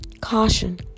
Caution